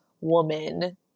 woman